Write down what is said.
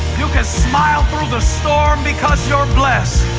you can smile through the storm because you're blessed.